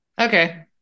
Okay